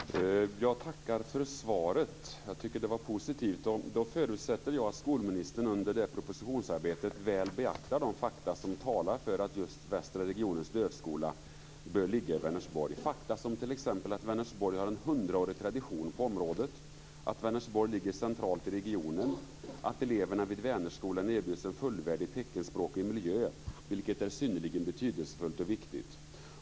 Fru talman! Jag tackar för svaret. Det var positivt. Jag förutsätter att skolministern under det här propositionsarbetet väl beaktar de fakta som talar för att just västra regionens dövskola bör ligga i Vänersborg. Vänersborg har t.ex. en hundraårig tradition på området. Vänersborg ligger centralt i regionen. Eleverna vid Vänerskolan erbjuds en fullvärdig teckenspråklig miljö, vilket är synnerligen betydelsefullt och viktigt.